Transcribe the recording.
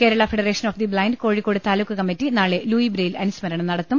Kerala federation of the blind Kozhikode taluk committee നാളെ Louis Braille അനു സ്മരണം നടത്തും